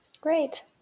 Great